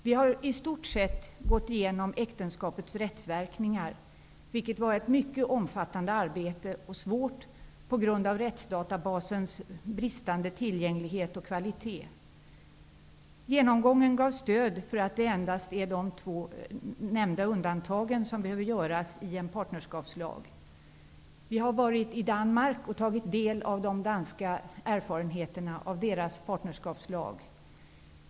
Vi har i stort sett gått igenom äktenskapets rättsverkningar, vilket var ett mycket omfattande och svårt arbete på grund av rättsdatabasens bristande tillgänglighet och kvalitet. Genomgången gav stöd för att det endast är de två nämnda undantagen som behöver göras i en partnerskapslag. Vi har varit i Danmark och tagit del av de danska erfarenheterna av deras partnerskapslag.